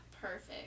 perfect